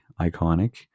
iconic